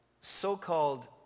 so-called